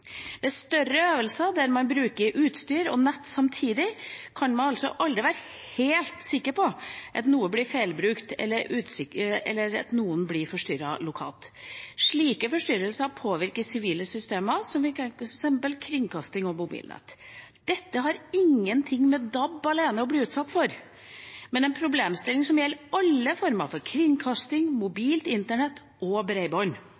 Ved større øvelser der man bruker utstyr og nett samtidig, kan man aldri være helt sikker på at noe ikke blir feilbrukt, eller at ingen blir forstyrret lokalt. Slike forstyrrelser påvirker sivile systemer, som f.eks. kringkasting og mobilnett. Dette har ingenting med DAB alene å gjøre, men er en problemstilling som gjelder alle former for kringkasting, mobilt internett og bredbånd.